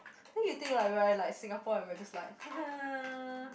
then you think like we are like Singapore and we're just like